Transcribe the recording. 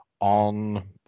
on